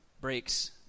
Breaks